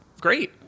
great